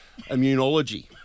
immunology